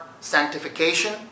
sanctification